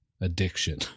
addiction